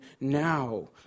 now